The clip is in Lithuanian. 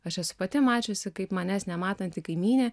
aš esu pati mačiusi kaip manęs nematanti kaimynė